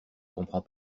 comprend